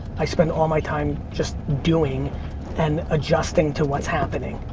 i spend all my time just doing and adjusting to what's happening.